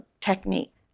technique